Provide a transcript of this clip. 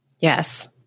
Yes